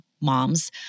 moms